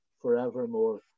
forevermore